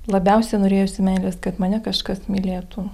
labiausia norėjosi meilės kad mane kažkas mylėtų